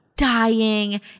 dying